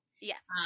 Yes